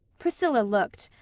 priscilla looked.